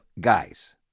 guys